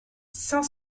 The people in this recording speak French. cinq